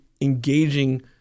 engaging